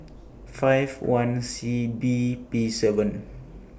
five one C B P seven